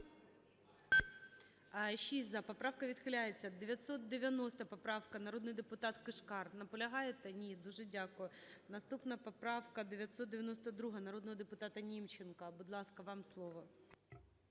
За-6 Поправка відхиляється. 990 поправка, народний депутат Кишкар. Наполягаєте? Ні. Дуже дякую. Наступна поправка – 992, народного депутата Німченка. Будь ласка, вам слово.